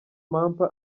mampa